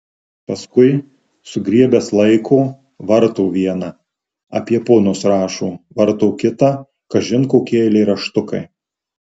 paskui sugriebęs laiko varto vieną apie ponus rašo varto kitą kažin kokie eilėraštukai